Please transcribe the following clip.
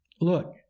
look